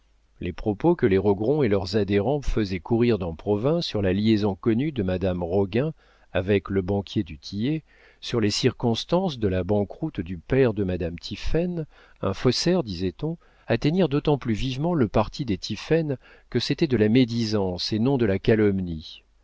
les propos que les rogron et leurs adhérents faisaient courir dans provins sur la liaison connue de madame roguin avec le banquier du tillet sur les circonstances de la banqueroute du père de madame tiphaine un faussaire disait-on atteignirent d'autant plus vivement le parti des tiphaine que c'était de la médisance et non de la calomnie